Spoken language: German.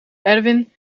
erwin